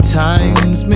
times